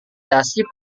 dasi